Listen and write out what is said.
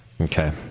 Okay